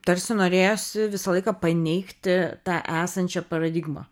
tarsi norėjosi visą laiką paneigti tą esančią paradigmą